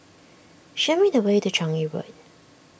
show me the way to Changi Road